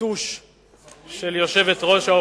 גברתי היושבת-ראש,